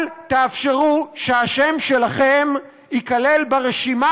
אל תאפשרו שהשם שלכם ייכלל ברשימה